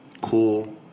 cool